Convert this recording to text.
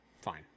Fine